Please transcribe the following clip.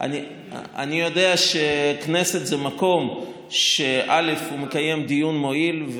אני יודע שהכנסת זה מקום שמקיים דיון מועיל.